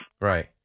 Right